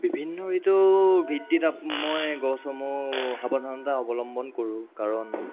বিভিন্ন ঋতুৰ ভিত্তিত মই গছসমূহ সাৱধানতা অৱলম্বন কৰোঁ কাৰণ